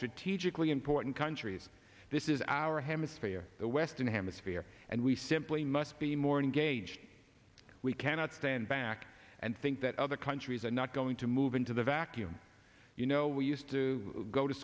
strategically important countries this is our hemisphere the western hemisphere and we simply must be more engaged we cannot stand back and think that other countries are not going to move into the vacuum you know we used to go to